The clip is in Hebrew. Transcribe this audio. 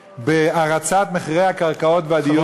בהרצת מחירי הקרקעות והדיור במדינה.